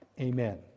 amen